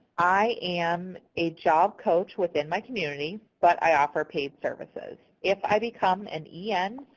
i am a job coach within my community, but i offer paid services. if i become an yeah en,